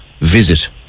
visit